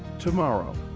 tomorrow,